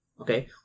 Okay